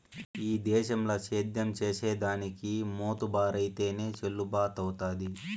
ఈ దేశంల సేద్యం చేసిదానికి మోతుబరైతేనె చెల్లుబతవ్వుతాది